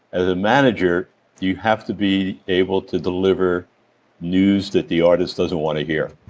as a manager you have to be able to deliver news that the artist doesn't want to hear